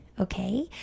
Okay